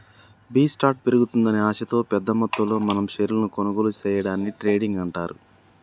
B స్టార్ట్ పెరుగుతుందని ఆశతో పెద్ద మొత్తంలో మనం షేర్లను కొనుగోలు సేయడాన్ని ట్రేడింగ్ అంటారు